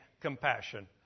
compassion